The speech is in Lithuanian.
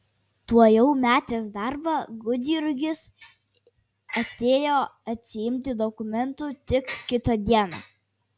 tuojau metęs darbą gudjurgis atėjo atsiimti dokumentų tik kitą dieną